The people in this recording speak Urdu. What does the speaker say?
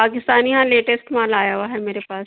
پاکستانی یہاں لیٹسٹ مال آیا ہوا ہے میرے پاس